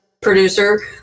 producer